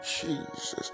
Jesus